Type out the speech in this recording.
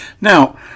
Now